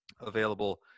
available